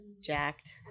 jacked